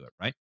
right